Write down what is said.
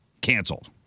canceled